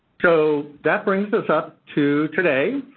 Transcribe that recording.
so, that brings us up to today.